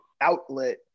outlet